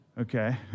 okay